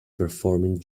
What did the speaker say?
performing